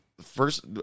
first